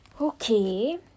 Okay